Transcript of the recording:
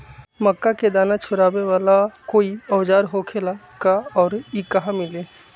मक्का के दाना छोराबेला कोई औजार होखेला का और इ कहा मिली?